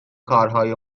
کارهای